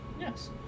Yes